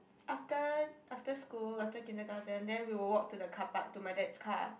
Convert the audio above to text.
after after school after kindergarten then we will walk to the car park to my dad's car